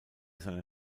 seiner